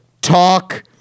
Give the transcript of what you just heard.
talk